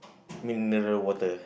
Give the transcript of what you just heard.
mineral water